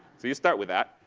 so you start with that,